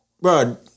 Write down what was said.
bro